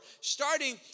starting